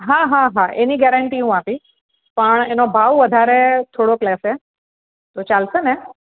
હા હા હા એની ગેરંટી હું આપીશ પણ એનો ભાવ વધારે થોડોક લેશે તો ચાલશે ને